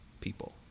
people